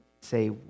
say